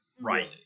Right